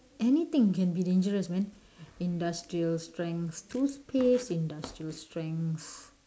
anything can be dangerous man industrial strength toothpaste industrial strength